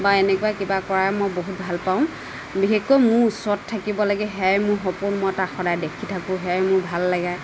বা এনেকুৱা কিবা কৰাই মই বহুত ভাল পাওঁ বিশেষকৈ মোৰ ওচৰত থাকিব লাগে সেয়াই মোৰ সপোন মই তাক সদায় দেখি থাকোঁ সেয়াই মোৰ ভাল লাগে